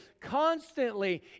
constantly